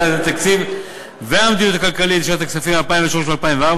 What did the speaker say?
יעדי התקציב והמדיניות הכלכלית לשנות הכספים 2003 ו-2004),